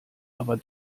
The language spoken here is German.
aber